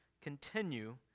continue